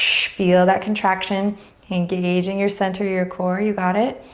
feel that contraction engaging your center, your core. you got it.